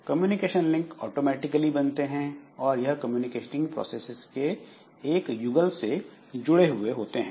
communication link automatically बनते हैं और यह कम्युनिकेटिंग प्रोसेसेज के एक युगल से जुड़े हुए होते हैं